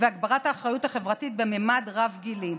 והגברת האחריות החברתית בממד רב-גילי.